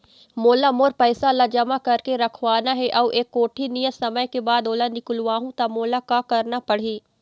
मोला मोर पैसा ला जमा करके रखवाना हे अऊ एक कोठी नियत समय के बाद ओला निकलवा हु ता मोला का करना पड़ही?